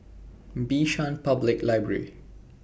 Bishan Public Library